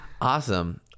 Awesome